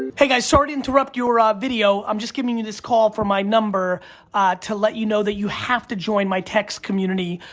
hey guys, sorry to interrupt your ah video, i'm just giving you this call from my number to let you know that you have to join my text community,